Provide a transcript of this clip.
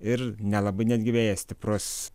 ir nelabai netgi vėjas stiprus